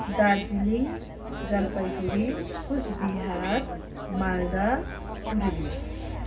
Darjeeling Jalpaiguri Coochbehar Malda Purulia